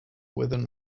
within